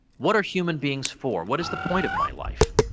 what are human beings for? what is the point of my life?